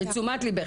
לתשומת לבך.